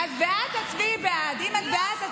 את בעד, תצביעי בעד.